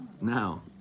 Now